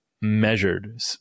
measured